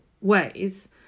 ways